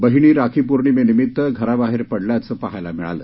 बहिणी राखी पौर्णिमेनिमित्त घराबाहेर पडल्याचं पहायला मिळालं